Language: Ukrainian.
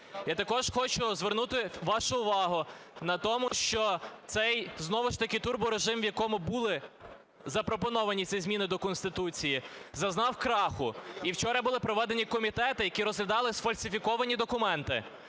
Я також хочу звернути вашу увагу на те, що цей, знову ж таки, турборежим, в якому були запропоновані ці зміни до Конституції, зазнав краху. І вчора були проведені комітети, які розглядали сфальсифіковані документи,